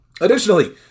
Additionally